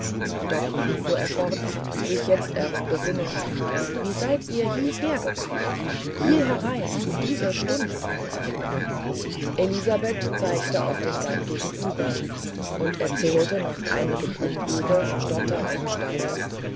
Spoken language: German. doch fuhr er fort sich jetzt erst besinnend wie seid ihr hieher gekommen hier herein und zu dieser stunde elisabeth zeigte auf den gang gegenüber und erzählte nach einigem umwege stottern und stammeln